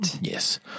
Yes